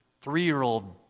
three-year-old